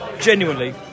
genuinely